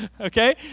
Okay